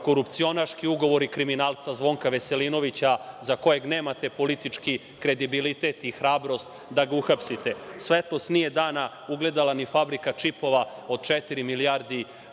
korupcionaški ugovori kriminalca Zvonka Veselinovića za kojeg nemate politički kredibilitet i hrabrost da ga uhapsite. Svetlost nije dana uhvatila ni fabrika čipova od četiri milijarde